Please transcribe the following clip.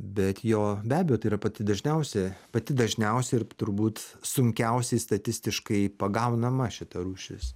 bet jo be abejo tai yra pati dažniausia pati dažniausia ir turbūt sunkiausiai statistiškai pagaunama šita rūšis